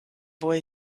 boy